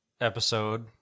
episode